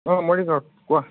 অ' মৰিগাঁওত কোৱা